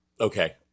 Okay